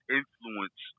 influence